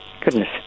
Goodness